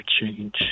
change